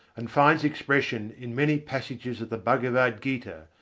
and finds expression in many passages of the bhagavad gita,